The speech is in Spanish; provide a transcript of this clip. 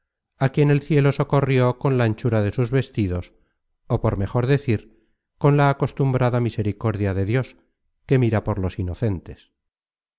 content from google book search generated at la anchura de sus vestidos ó por mejor decir con la acostumbrada misericordia de dios que mira por los inocentes